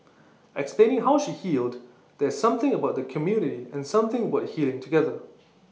explaining how she healed there's something about the community and something about healing together